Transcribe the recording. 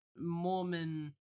Mormon